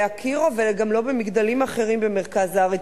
אקירוב" וגם לא במגדלים אחרים במרכז הארץ.